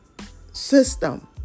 system